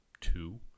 two